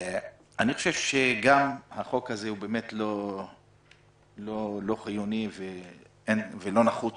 אני חושב שהחוק הזה לא חיוני ולא נחוץ.